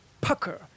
pucker